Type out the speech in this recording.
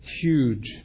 huge